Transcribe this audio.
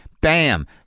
Bam